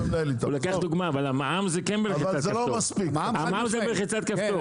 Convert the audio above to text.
הוא לוקח דוגמה, אבל המע"מ זה כן בלחיצת כפתור.